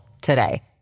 today